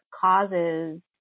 causes